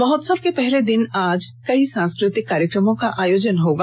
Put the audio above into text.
महोत्सव के पहले दिन आज कई सांस्कृतिक कार्यक्रम का आयोजन होगा